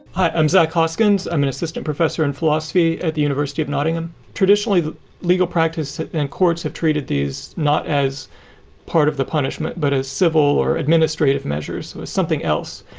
i'm zach hoskins. i'm an assistant professor in philosophy at the university of nottingham. traditionally, the legal practice and courts have treated these not as part of the punishment, but a civil or administrative measures. so it's something else.